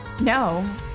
No